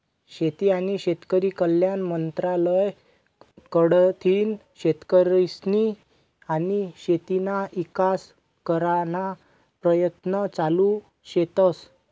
शेती आनी शेतकरी कल्याण मंत्रालय कडथीन शेतकरीस्नी आनी शेतीना ईकास कराना परयत्न चालू शेतस